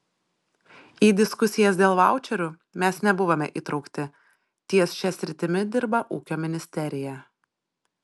į diskusijas dėl vaučerių mes nebuvome įtraukti ties šia sritimi dirba ūkio ministerija